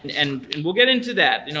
and and and we'll get into that. you know